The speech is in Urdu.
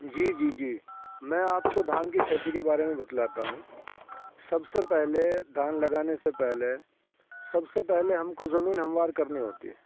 جی جی جی میں آپ کو دھان کی کھیتی کے بارے میں بتلاتا ہوں سب سے پہلے دھان لگانے سے پہلے سب پہلے ہم کو زمین ہموار کرنی ہوتی ہے